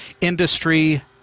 industry